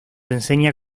enseña